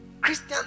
christian